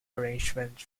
arrangements